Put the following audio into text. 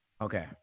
Okay